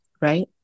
right